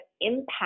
impact